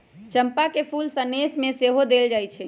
चंपा के फूल सनेश में सेहो देल जाइ छइ